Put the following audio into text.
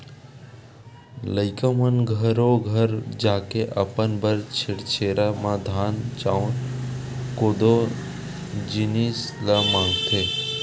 लइका मन घरो घर जाके अपन बर छेरछेरा म धान, चाँउर, कोदो, जिनिस ल मागथे